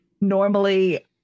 normally